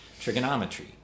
trigonometry